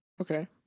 Okay